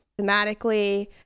thematically